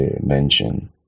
mention